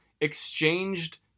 exchanged